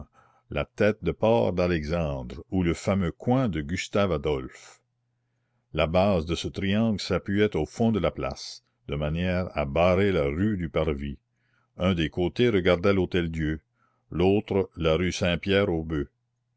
la tête de porc d'alexandre ou le fameux coin de gustave adolphe la base de ce triangle s'appuyait au fond de la place de manière à barrer la rue du parvis un des côtés regardait l'hôtel-dieu l'autre la rue